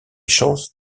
chances